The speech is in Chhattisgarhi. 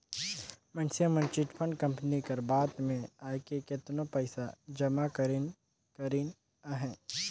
मइनसे मन चिटफंड कंपनी कर बात में आएके केतनो पइसा जमा करिन करिन अहें